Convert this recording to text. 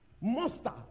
monster